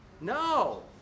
No